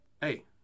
hey